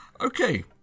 Okay